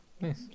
Nice